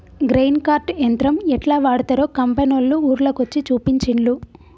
grain cart యంత్రం యెట్లా వాడ్తరో కంపెనోళ్లు ఊర్ల కొచ్చి చూపించిన్లు